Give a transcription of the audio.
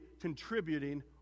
contributing